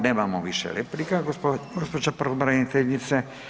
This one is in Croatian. Nemamo više replika, gđo. pravobraniteljice.